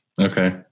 Okay